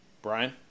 Brian